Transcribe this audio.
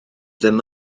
ddim